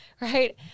Right